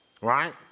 right